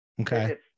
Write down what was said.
Okay